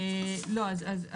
כן.